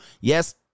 Yes